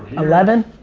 eleven?